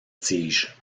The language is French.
tige